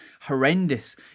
horrendous